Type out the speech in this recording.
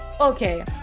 okay